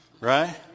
right